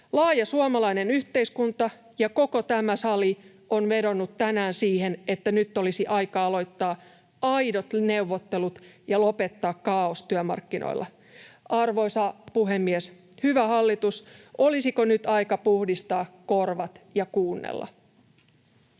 Laaja suomalainen yhteiskunta ja koko tämä sali on vedonnut tänään siihen, että nyt olisi aika aloittaa aidot neuvottelut ja lopettaa kaaos työmarkkinoilla. — Arvoisa puhemies! Hyvä hallitus, olisiko nyt aika puhdistaa korvat ja kuunnella?